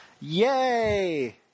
yay